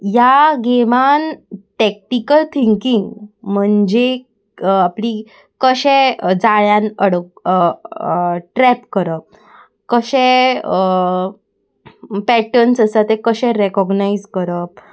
ह्या गेमान tactical thinking म्हणजे आपली कशें जाळ्यान अडक ट्रॅप करप कशें पॅटर्न्स आसा ते कशे रेकॉगनायज करप